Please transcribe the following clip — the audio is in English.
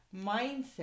mindset